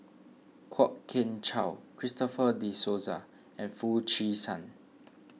Kwok Kian Chow Christopher De Souza and Foo Chee San